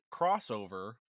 crossover